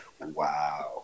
Wow